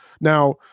Now